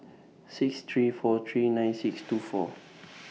six three four three nine six two six